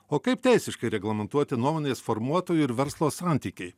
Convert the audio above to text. o kaip teisiškai reglamentuoti nuomonės formuotojų ir verslo santykiai